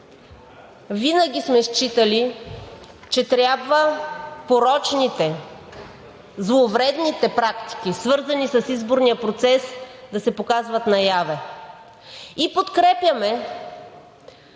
винаги сме считали, че трябва порочните, зловредните практики, свързани с изборния процес, да се показват наяве и подкрепяме